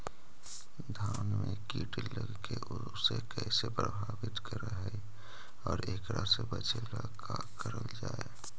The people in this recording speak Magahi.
धान में कीट लगके उसे कैसे प्रभावित कर हई और एकरा से बचेला का करल जाए?